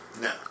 No